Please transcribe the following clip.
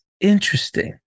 interesting